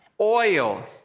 Oil